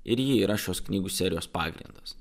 ir ji yra šios knygų serijos pagrindas